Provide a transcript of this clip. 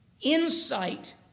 insight